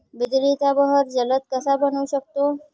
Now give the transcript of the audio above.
बिजलीचा बहर जलद कसा बनवू शकतो?